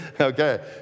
okay